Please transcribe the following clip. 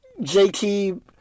JT